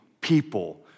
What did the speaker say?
people